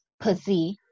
pussy